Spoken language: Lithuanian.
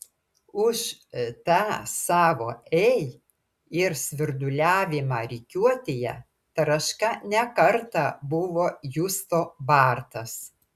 už tą savo ei ir svirduliavimą rikiuotėje taraška ne kartą buvo justo bartas